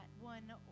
one